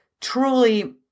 truly